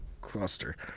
Cluster